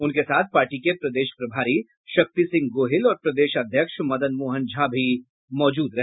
उनके साथ पार्टी के प्रदेश प्रभारी शक्ति सिंह गोहिल और प्रदेश अध्यक्ष मदन मोहन झा भी मौजूद रहे